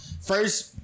first